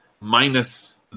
minus